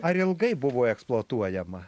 ar ilgai buvo eksploatuojama